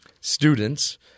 students